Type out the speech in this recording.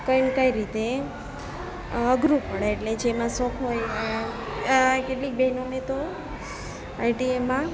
કંઈ ન કંઈ રીતે અઘરું પડે એટલે જેમાં શોખ હોય એ જ કેટલીક બહેનોને તો આઈટીઆઈમાં